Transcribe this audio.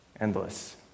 Endless